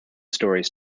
stories